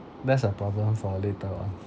that's a problem for later ah